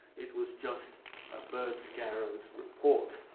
it was just a birdscarer's report.